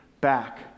back